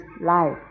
life